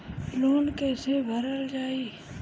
Loan कैसे भरल जाइ?